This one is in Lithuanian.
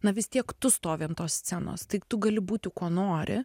na vis tiek tu stovi ant tos scenos tai tu gali būti kuo nori